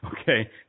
Okay